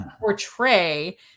portray